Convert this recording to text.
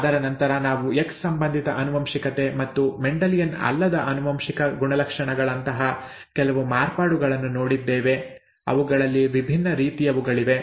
ಅದರ ನಂತರ ನಾವು ಎಕ್ಸ್ ಸಂಬಂಧಿತ ಆನುವಂಶಿಕತೆ ಮತ್ತು ಮೆಂಡೆಲಿಯನ್ ಅಲ್ಲದ ಆನುವಂಶಿಕ ಗುಣಲಕ್ಷಣಗಳಂತಹ ಕೆಲವು ಮಾರ್ಪಾಡುಗಳನ್ನು ನೋಡಿದ್ದೇವೆ ಅವುಗಳಲ್ಲಿ ವಿಭಿನ್ನ ರೀತಿಯವುಗಳಿವೆ